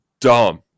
dumb